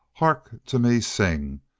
hark to me sing!